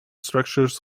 structures